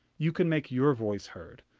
you can make your voice heard.